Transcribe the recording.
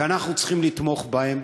ואנחנו צריכים לתמוך בהם.